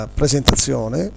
presentazione